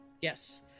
Yes